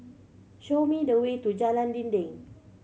show me the way to Jalan Dinding